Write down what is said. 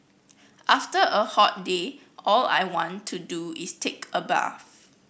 after a hot day all I want to do is take a bath